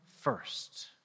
first